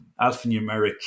alphanumeric